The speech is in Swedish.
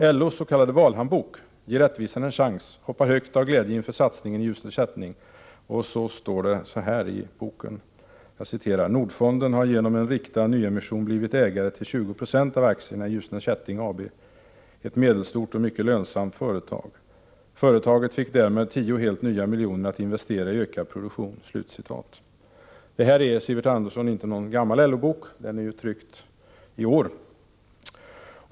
I LO:s s.k. valhandbok ”Ge rättvisan en chans” hoppar man högt av glädje inför satsningen i Ljusne Kätting. Så här står det i boken: ”Nordfonden har genom en riktad nyemission blivit ägare till 20 92 av aktierna i Ljusne Kätting AB, ett medelstort och mycket lönsamt företag. Företaget fick därmed 10 helt nya miljoner att investera i ökad produktion.” Det här är, Sivert Andersson, inte någon gammal LO-bok. Den är tryckt i år.